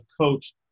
coach